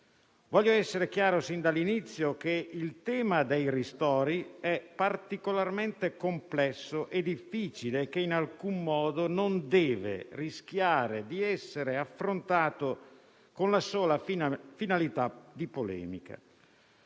Voglio essere chiaro sin dall'inizio che il tema dei ristori è particolarmente complesso e difficile e in alcun modo non deve rischiare di essere affrontato con la sola finalità di polemica.